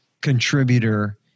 contributor